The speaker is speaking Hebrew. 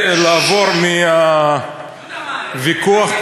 הַפְּלָדָה וְהָאֵשׁ